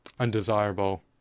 Undesirable